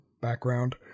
background